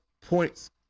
points